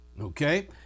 okay